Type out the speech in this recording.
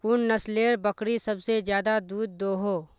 कुन नसलेर बकरी सबसे ज्यादा दूध दो हो?